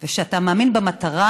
וכשאתה מאמין במטרה,